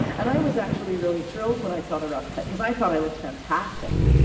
and i was actually really thrilled when i saw the rough cut because i thought i looked fantastic.